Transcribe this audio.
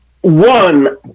one